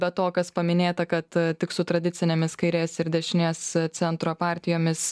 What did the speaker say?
be to kas paminėta kad tik su tradicinėmis kairės ir dešinės centro partijomis